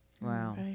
wow